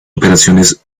operaciones